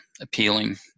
appealing